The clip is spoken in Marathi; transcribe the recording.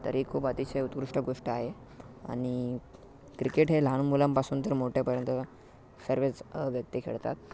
तर ही खूप अतिशय उत्कृष्ट गोष्ट आहे आणि क्रिकेट हे लहान मुलांपासून तर मोठ्यापर्यंत सर्वेच व्यक्ती खेळतात